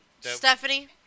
Stephanie